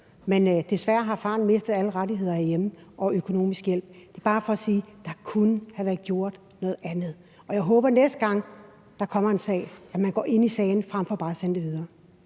men desværre har faren mistet alle rettigheder herhjemme og økonomisk hjælp. Det er bare for at sige, at der kunne have været gjort noget andet. Jeg håber, at man, næste gang der kommer en sag, går ind i sagen frem for bare at sende den videre.